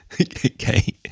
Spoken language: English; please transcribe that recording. Okay